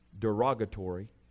derogatory